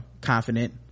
confident